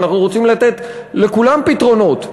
אנחנו רוצים לתת לכולם פתרונות.